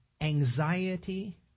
anxiety